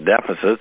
Deficits